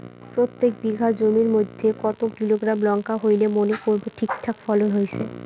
প্রত্যেক বিঘা জমির মইধ্যে কতো কিলোগ্রাম লঙ্কা হইলে মনে করব ঠিকঠাক ফলন হইছে?